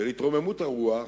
של התרוממות הרוח,